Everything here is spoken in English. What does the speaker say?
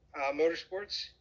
Motorsports